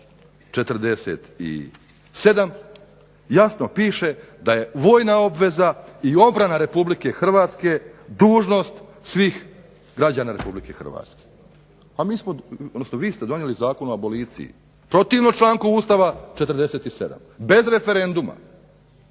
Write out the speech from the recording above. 47. jasno piše da je vojna obveza i obrana RH dužnost svih građana RH. Vi ste donijeli Zakon o aboliciji protivno članku Ustava 47. bez referenduma.